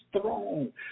throne